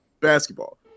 basketball